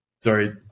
Sorry